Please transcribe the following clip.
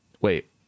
wait